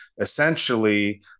essentially